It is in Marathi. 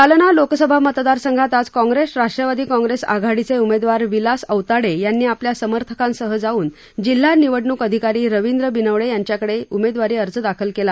जालना लोकसभा मतदारसंघात आज काँग्रेस राष्ट्रवादी काँग्रेस आघाडीचे उमेदवार विलास औताडे यांनी आपल्या समर्थकांसह जाऊन जिल्हा निवडणूक अधिकारी रवींद्र बिनवडे यांच्याकडे उमेदवारी अर्ज दाखल केला